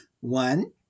one